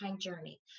journey